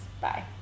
Bye